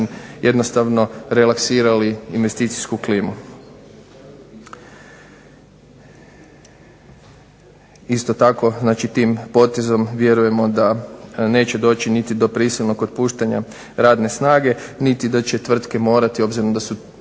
jednostavno relaksirali investicijsku klimu. Isto tako tim potezom vjerujemo da neće doći niti do prisilnog otpuštanja radne snage niti da će tvrtke morati obzirom da su